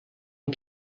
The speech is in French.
eau